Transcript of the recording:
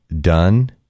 done